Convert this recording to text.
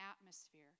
atmosphere